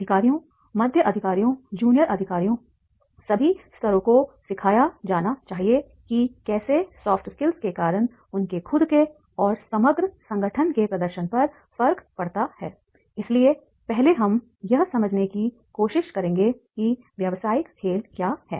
अधिकारियों मध्य अधिकारियों जूनियर अधिकारियों सभी स्तरों को सिखाया जाना चाहिए कि कैसे सॉफ्ट स्किल्स के कारण उनके खुद के और समग्र संगठन के प्रदर्शन पर फर्क पड़ता है इसलिए पहले हम यह समझने की कोशिश करेंगे कि व्यावसायिक खेल क्या है